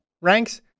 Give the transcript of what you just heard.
ranks